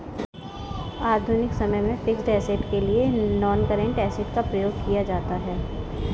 आधुनिक समय में फिक्स्ड ऐसेट के लिए नॉनकरेंट एसिड का प्रयोग किया जाता है